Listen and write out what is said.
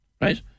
right